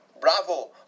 bravo